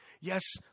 Yes